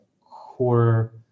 quarter